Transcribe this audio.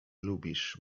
lubisz